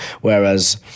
Whereas